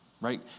Right